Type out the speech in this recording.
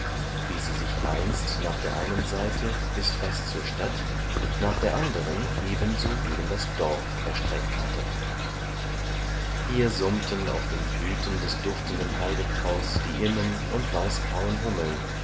wie sie sich einst nach der einen seite bis fast zur stadt nach der anderen ebenso gegen das dorf erstreckt hatte hier summten auf den blüten des duftenden heidekrauts die immen und weißgrauen hummeln